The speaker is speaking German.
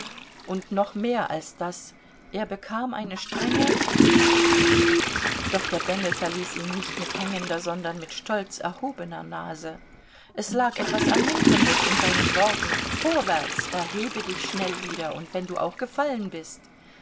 und noch mehr als das er bekam eine strenge doch der bengel verließ ihn nicht mit hängender sondern mit stolz erhobener nase es lag etwas ermunterndes in seinen worten vorwärts erhebe dich schnell wieder und wenn du auch gefallen bist